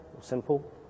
Simple